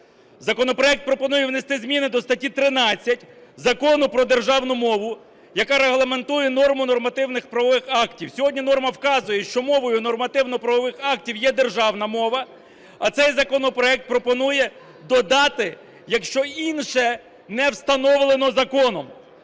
Законопроект пропонує внести зміни до статті 13 Закону про державну мову, яка регламентує норму нормативно-правових актів. Сьогодні норма вказує, що мовою нормативно-правових актів є державна мова, а цей законопроект пропонує додати "якщо інше не встановлено законом".